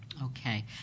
Okay